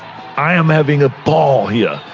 i am having a ball here.